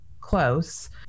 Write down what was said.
close